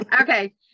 okay